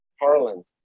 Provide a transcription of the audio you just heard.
Harlan